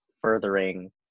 furthering